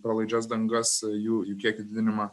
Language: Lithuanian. pralaidžias dangas jų jų kiekio didinimą